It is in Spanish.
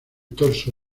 torso